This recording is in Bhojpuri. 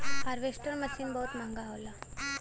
हारवेस्टर मसीन बहुत महंगा होला